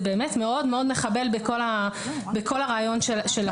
זה באמת מאוד מאוד מחבל בכל הרעיון של החוק.